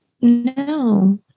no